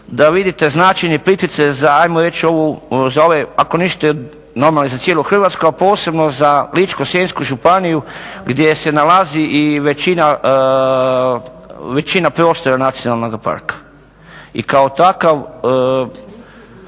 da vidite značenje Plitvice za hajmo reći ovaj ako ništa normalno i za cijelu Hrvatsku, a posebno za Ličko-senjsku županiju gdje se nalazi i većina prostora nacionalnoga parka. I kao takav